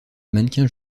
mannequin